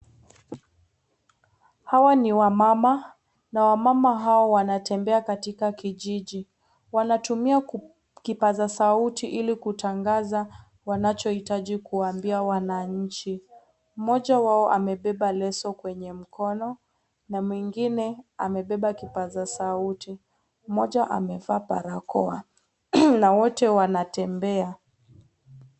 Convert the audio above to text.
Hawa ni wamama. Na wamama hawa wanatembea katika kijiji. Wanatumia kipasa sauti ili kutangaza wanachohitaji kuwaambia wanainchi. Mmoja wao amebeba leso kwenye mkono, na mwingine amebeba kipasa sauti. Mmoja amevaa barakoa, na wote wanatembea.